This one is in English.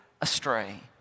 astray